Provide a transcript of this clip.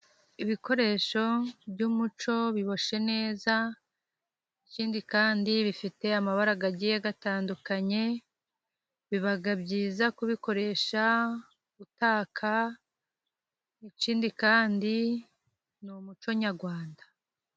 Ibikoresho by'umuco biboshye neza, ikindi kandi bifite amabara agagiye atandukanye, bibaga byiza kubikoresha utaka, ikindi kandi n'umuco nyarwanda.